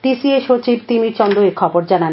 TCA সচিব তিমির চন্দ এখবর জানান